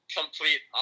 complete